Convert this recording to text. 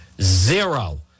Zero